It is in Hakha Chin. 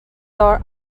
dawr